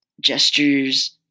gestures